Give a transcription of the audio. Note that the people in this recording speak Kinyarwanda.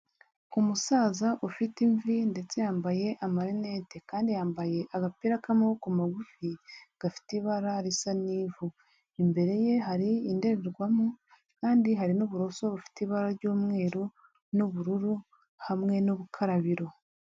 Umusaza ufite imvi ndetse yambaye amarinete, kandi yambaye agapira k'amaboko magufi gafite ibara risa n'ivu imbere ye hari indorerwamo kandi hari n'uburuso bufite ibara ry'umweru n'ubururu hamwe no gukarabiro.